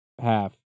half